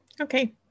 okay